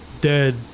dead